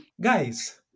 Guys